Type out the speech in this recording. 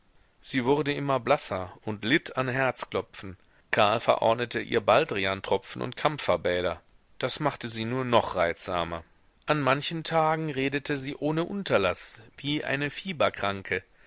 sie wurde immer blasser und litt an herzklopfen karl verordnete ihr baldriantropfen und kampferbäder das machte sie nur noch reizsamer an manchen tagen redete sie ohne unterlaß wie eine